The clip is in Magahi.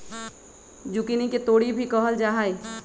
जुकिनी के तोरी भी कहल जाहई